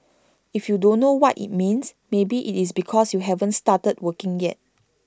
if you don't know what IT means maybe IT is because you haven't started working yet